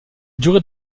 durée